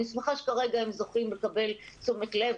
אני שמחה שכרגע הם זוכים לקבל תשומת לב,